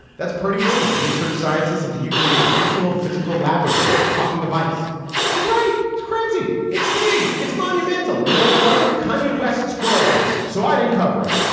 that's pretty. william's research scientists at the u k s national physical laboratory talking to vice she's right. it's crazy. it's big. it's monumental you know, it wasn't kanye west's choral piece. so i didn't cover it.